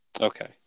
Okay